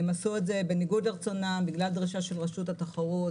עוד תקורות.